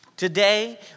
Today